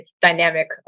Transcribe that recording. dynamic